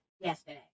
yesterday